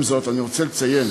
עם זאת, אני רוצה לציין